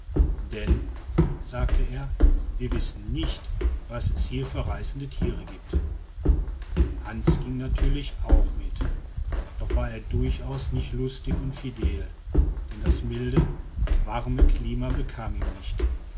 denn sagte er wir wissen nicht was es hier für reißende tiere gibt hans ging natürlich auch mit doch war er durchaus nicht lustig und fidel denn das milde warme klima bekam ihm nicht